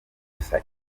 gusa